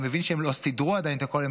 אני מבין שהם לא סידרו עדיין את הכול,